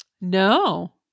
no